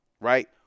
right